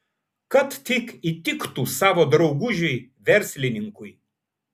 kad tik įtiktų savo draugužiui verslininkui